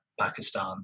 Pakistan